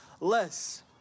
less